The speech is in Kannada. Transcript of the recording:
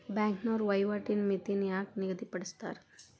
ಬ್ಯಾಂಕ್ನೋರ ವಹಿವಾಟಿನ್ ಮಿತಿನ ಯಾಕ್ ನಿಗದಿಪಡಿಸ್ತಾರ